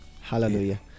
hallelujah